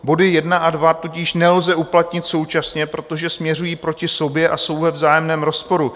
Body 1 a 2 tudíž nelze uplatnit současně, protože směřují proti sobě a jsou ve vzájemném rozporu.